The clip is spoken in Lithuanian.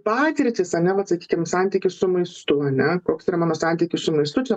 patirtys ane vat sakykim santykis su maistu ane koks yra mano santykis su maistu čia